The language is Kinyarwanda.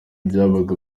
byabaga